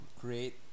create